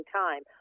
time